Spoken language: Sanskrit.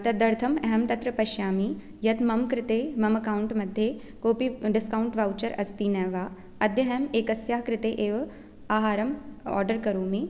तदर्थम् अहं तत्र पश्यामि यद् मम कृते मम अकौण्ट् मध्ये कोऽपि डिस्कौण्ट् वौचर् अस्ति न वा अद्य अहम् एकस्याः कृते एव आहारम् आर्डर् करोमि